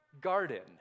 garden